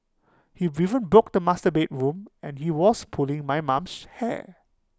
he even broke the master bedroom door and he was pulling my mum's hair